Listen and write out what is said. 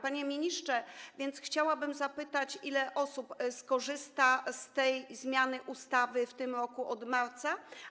Panie ministrze, więc chciałabym zapytać, ile osób skorzysta z tej zmiany ustawy w tym roku od marca.